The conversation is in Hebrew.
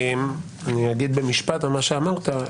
אני אגיד במשפט על מה שאמרת,